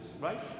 right